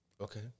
Okay